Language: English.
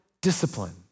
discipline